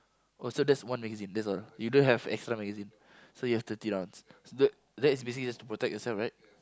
oh so that's one magazine that's all you don't have extra magazine so you have thirty rounds that that is basically just to protect yourself right